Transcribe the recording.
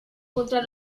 contra